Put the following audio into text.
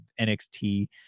NXT